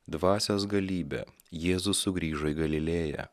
dvasios galybė jėzus sugrįžo į galilėją